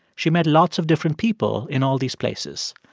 she met lots of different people in all these places.